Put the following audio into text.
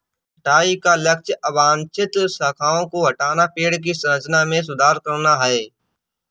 छंटाई का लक्ष्य अवांछित शाखाओं को हटाना, पेड़ की संरचना में सुधार करना है